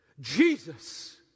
Jesus